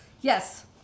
Yes